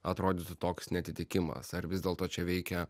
atrodytų toks neatitikimas ar vis dėlto čia veikia